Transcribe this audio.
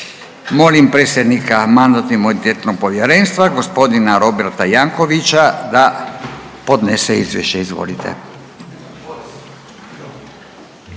Molim predsjednika Mandatno-imunitetnog povjerenstva gospodina Roberta Jankovića da podnese izvješće. Izvolite.